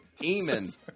Eamon